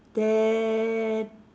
then